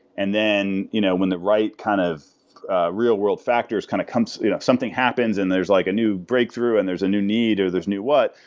and then you know when the right kind of real-world factors kind of comes something happens and there's like a new breakthrough and there's a new need or there's new what,